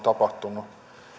tapahtunut